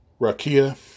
Rakia